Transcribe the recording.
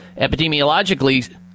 epidemiologically